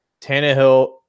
Tannehill